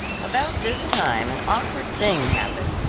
about this time an awkward thing happened.